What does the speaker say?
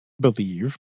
believe